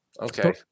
Okay